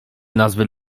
nazwy